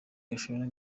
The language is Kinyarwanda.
gashora